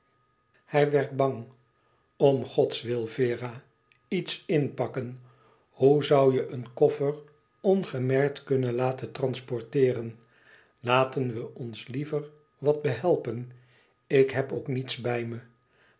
hij werd bang om godswil vera iets inpakken hoe zoû je een koffer ongemerkt kunnen laten transporteeren laten we ons liever wat behelpen ik heb ook niets bij me